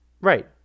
Right